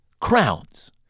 crowns